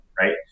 right